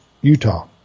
Utah